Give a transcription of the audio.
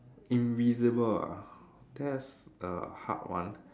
invisible ah that's a hard one